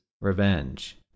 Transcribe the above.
revenge